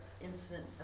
incident